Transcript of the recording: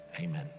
Amen